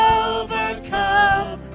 overcome